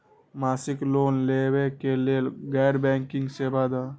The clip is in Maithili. मासिक लोन लैवा कै लैल गैर बैंकिंग सेवा द?